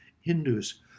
Hindus